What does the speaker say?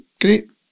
Great